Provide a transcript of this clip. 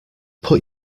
put